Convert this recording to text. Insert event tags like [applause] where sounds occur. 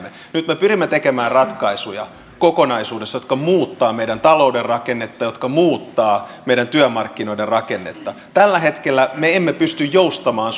nyt me pyrimme tekemään ratkaisuja kokonaisuudessa jotka muuttavat meidän talouden rakennetta jotka muuttavat meidän työmarkkinoiden rakennetta tällä hetkellä me emme pysty joustamaan [unintelligible]